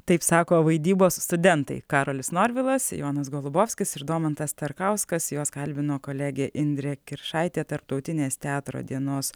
taip sako vaidybos studentai karolis norvilas jonas golubovskis ir domantas starkauskas juos kalbino kolegė indrė kiršaitė tarptautinės teatro dienos